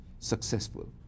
successful